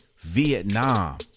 Vietnam